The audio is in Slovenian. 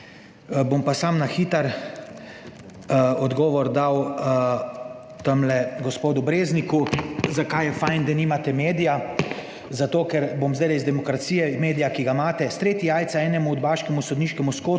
Bom pa samo na hitro odgovor dal tamle gospodu Brezniku, zakaj je fajn, da nimate medija. Zato ker bom zdaj iz Demokracije, medija, ki ga imate: "Streti jajca enemu udbaškemu sodniškemu skotu